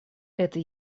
это